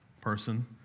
person